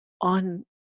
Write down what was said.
on